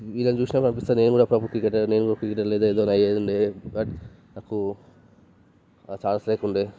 వీళ్ళను చూసినప్పుడు అనిపిస్తుంది నేను కూడా అప్పుడప్పుడు క్రికెట్ నేను కూడా క్రికెట్ ఆడితే ఏదో ఒకటి అయ్యి ఉండే బట్ నాకు ఆ ఛాన్స్ లేకుండే